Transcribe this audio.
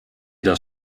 das